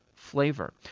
Flavor